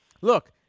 Look